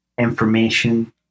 information